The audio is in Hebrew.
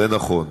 זה נכון.